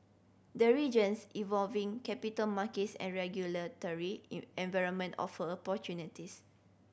the region's evolving capital markets and regulatory environment offer opportunities